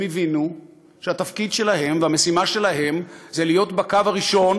הם הבינו שהתפקיד שלהם והמשימה שלהם זה להיות בקו הראשון